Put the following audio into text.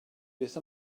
beth